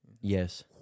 Yes